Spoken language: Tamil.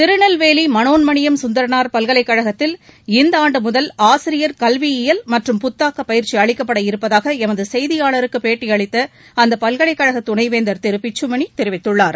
திருநெல்வேலி மனோன்மணியம் சுந்தரனார் பல்கலைக் கழகத்தில் இந்தாண்டு முதல் ஆசிரியர் கல்வியியல் மற்றும் புத்தாக்க பயிற்சி அளிக்கப்பட இருப்பதாக எமது செய்தியாளருக்கு பேட்டியளித்த அப்பல்கலைக் கழக துணைவேந்தர் திரு பிச்சுமணி தெரிவித்துள்ளார்